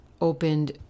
opened